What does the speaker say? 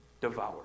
Devour